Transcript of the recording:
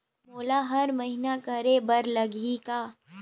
मोला हर महीना करे बर लगही का?